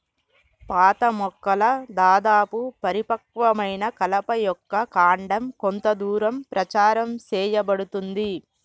పాత మొక్కల దాదాపు పరిపక్వమైన కలప యొక్క కాండం కొంత దూరం ప్రచారం సేయబడుతుంది